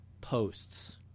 posts